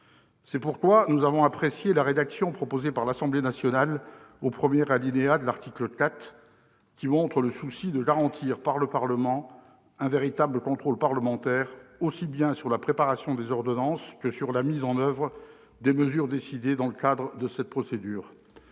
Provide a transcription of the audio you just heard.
C'est pourquoi nous avons apprécié la rédaction proposée par l'Assemblée nationale au premier alinéa de l'article 4 ; elle exprime le souci de garantir un véritable contrôle parlementaire, aussi bien sur la préparation des ordonnances que sur la mise en oeuvre des mesures décidées dans le cadre de cette procédure.